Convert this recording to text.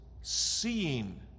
seeing